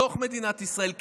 מתוך מדינת ישראל,